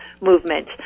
movement